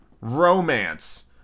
romance